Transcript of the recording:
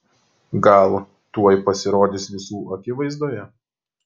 gal tuoj pasirodys visų akivaizdoje